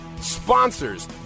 sponsors